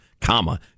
comma